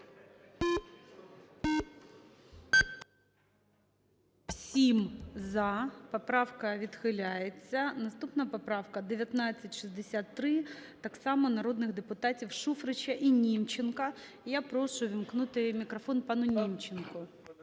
За-7 Поправка відхиляється. Наступна поправка 1963, так само народних депутатів Шуфрича і Німченка. І я прошу ввімкнути мікрофон пану Німченку.